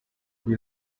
uyu